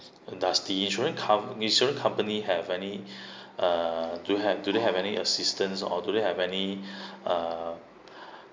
does the insurance comp~ insurance company have any uh do they have do they have any assistance or do they have any uh